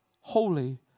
holy